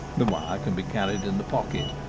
the wire can be carried in the pocket,